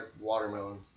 watermelon